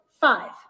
five